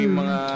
mga